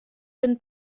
den